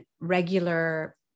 regular